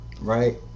Right